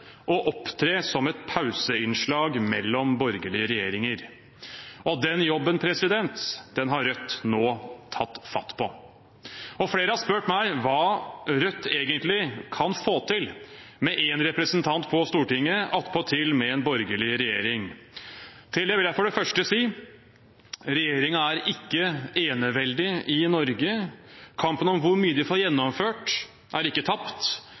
å opptre som et pauseinnslag mellom borgerlige regjeringer. Den jobben har Rødt nå tatt fatt på. Flere har spurt meg hva Rødt egentlig kan få til med én representant på Stortinget, attpåtil med en borgerlig regjering. Til det vil jeg for det første si: Regjeringen er ikke eneveldig i Norge. Kampen om hvor mye den får gjennomført er ikke tapt,